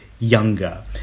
Younger